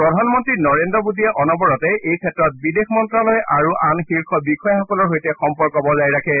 প্ৰধানমন্ত্ৰী নৰেন্দ্ৰ মোদীয়ে অনবৰতে এই ক্ষেত্ৰত বিদেশ মন্ত্ৰালয় আৰু আন শীৰ্ষ বিষয়াসকলৰ সৈতে সম্পৰ্ক বজায় ৰাখে